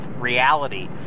reality